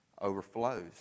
overflows